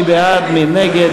מי בעד, מי נגד?